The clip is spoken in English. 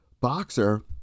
boxer